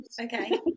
okay